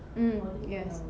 mm yes